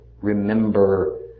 remember